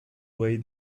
way